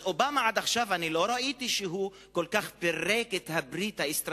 הוא אמר, חברים צריכים להיות כנים, והוא